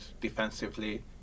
defensively